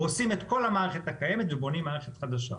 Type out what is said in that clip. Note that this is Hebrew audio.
הורסים את כל המערכת הקיימת ובונים מערכת חדשה.